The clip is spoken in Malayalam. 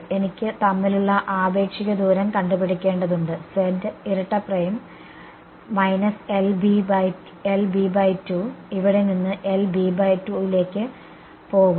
എനിക്ക് തമ്മിലുള്ള ആപേക്ഷിക ദൂരം കണ്ടുപിടിക്കേണ്ടതുണ്ട് z ഇരട്ട പ്രൈം ഇവിടെനിന്ന് ഇവിടേക്ക് പോകുന്നു